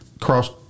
Cross